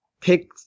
pick